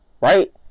Right